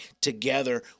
together